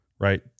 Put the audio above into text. right